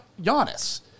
Giannis